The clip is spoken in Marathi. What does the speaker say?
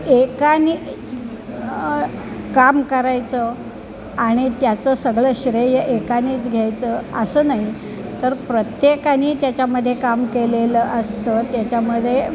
एकानेच काम करायचं आणि त्याचं सगळं श्रेय एकानेच घ्यायचं असं नाही तर प्रत्येकाने त्याच्यामध्ये काम केलेलं असतं त्याच्यामध्ये